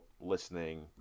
listening